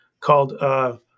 called